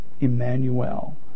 Emmanuel